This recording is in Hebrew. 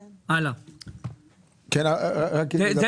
נכון.